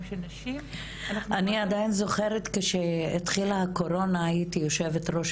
של נשים --- אני עדיין זוכרת שכשהתחילה הקורונה הייתי יושבת ראש